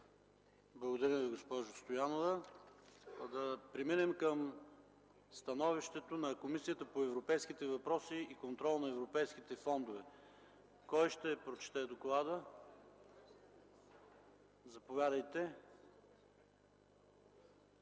Благодаря, госпожо Стоянова. Да преминем към становището на Комисията по европейските въпроси и контрол на европейските фондове. Заповядайте,